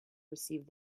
received